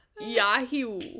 Yahoo